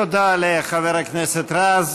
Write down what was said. תודה לחבר הכנסת רז.